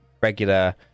regular